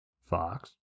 Fox